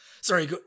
sorry